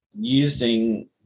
using